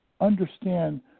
understand